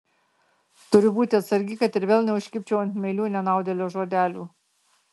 turiu būti atsargi kad ir vėl neužkibčiau ant meilių nenaudėlio žodelių